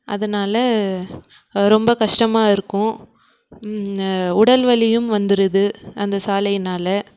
அதனால் ரொம்ப கஷ்டமாக இருக்கும் உடல் வலியும் வந்துவிடுது அந்த சாலையினால்